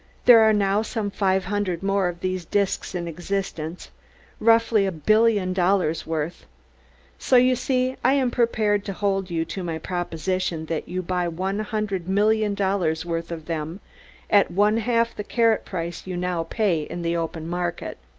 there are now some five hundred more of these disks in existence roughly a billion dollars' worth so you see i am prepared to hold you to my proposition that you buy one hundred million dollars' worth of them at one-half the carat price you now pay in the open market.